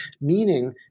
meaning